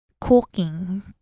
cooking